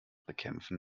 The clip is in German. bekämpfen